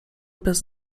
bez